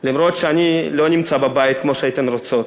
אף-על-פי שאני לא נמצא בבית כמו שהייתן רוצות.